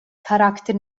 charakter